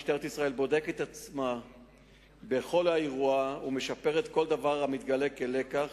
משטרת ישראל בודקת עצמה בכל אירוע ומשפרת כל דבר המתגלה כלקח,